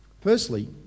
Firstly